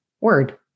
word